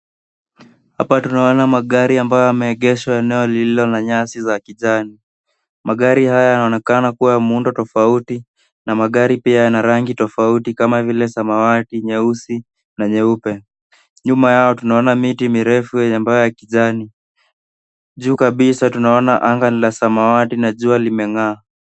Hapa tunaona magari ambayo yamegeshwa eneo lililo na nyasi za kijani. Magari haya yanaonekana kuwa ya muundo tofauti na magari pia yana rangi tofauti kama vile samawati, nyeusi, na nyeupe. Nyuma yao tunaona miti mirefu yenye ambayo ya kijani. Juu kabisa tunaona anga ni la samawati na jua limengaa.